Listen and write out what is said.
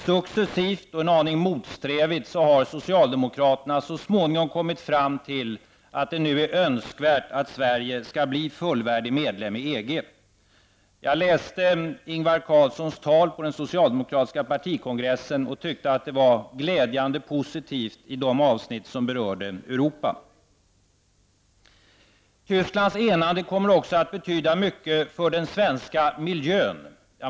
Successivt och en aning motsträvigt har socialdemokraterna så småningom kommit fram till att det nu är önskvärt att Sverige blir fullvärdig medlem i EG. Jag läste Ingvar Carlssons tal på den socialdemokratiska partikongressen och tyckte att det var glädjande positivt i de avsnitt som berörde Tysklands enande kommer också att betyda mycket för den svenska miljön.